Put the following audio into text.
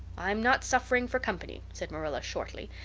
i'm not suffering for company, said marilla shortly.